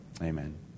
Amen